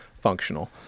functional